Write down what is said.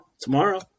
tomorrow